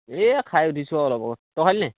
এইয়া খাই উঠিছোঁ অলপ আগত তই খালি নাই